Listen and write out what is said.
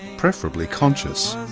preferably conscious.